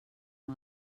amb